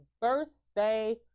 birthday